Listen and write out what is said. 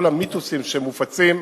כל המיתוסים שמופצים,